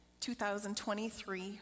2023